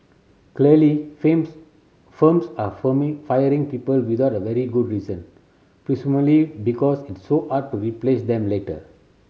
clearly firms are forming firing people without a very good reason presumably because it's so hard to replace them later